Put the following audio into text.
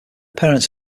parents